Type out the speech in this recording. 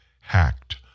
hacked